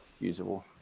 usable